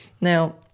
Now